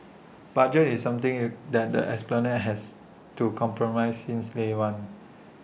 budget is something you that the esplanade has to compromise since day one